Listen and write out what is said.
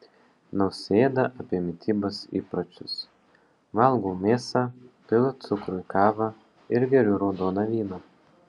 nausėda apie mitybos įpročius valgau mėsą pilu cukrų į kavą ir geriu raudoną vyną